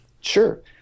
Sure